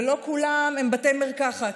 ולא כולם הם בתי מרקחת.